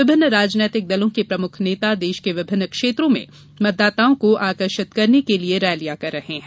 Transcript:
विभिन्न राजनीतिक दलों के प्रमुख नेता देश के विभिन्न क्षेत्रों में मतदाताओं को आकर्षित करने के लिये रैलियां कर रहे हैं